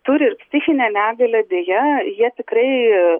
turi ir psichinę negalią deja jie tikrai